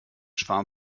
schwarm